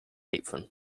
apron